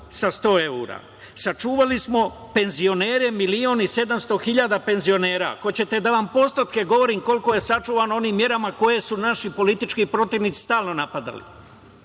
sa 100 eura. Sačuvali smo penzionere 1.700 000. Hoćete da vam postupke govorim koliko je sačuvano onim merama koji su naši politički protivnici stalno napadali.